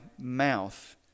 mouth